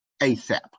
ASAP